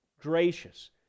gracious